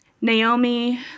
Naomi